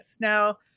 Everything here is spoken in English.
Now